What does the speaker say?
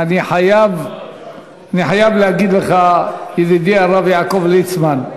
אני חייב להגיד לך, ידידי, הרב יעקב ליצמן.